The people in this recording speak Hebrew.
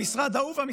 והמשרד ההוא.